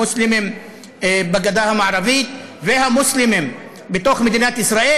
המוסלמים בגדה המערבית והמוסלמים בתוך מדינת ישראל,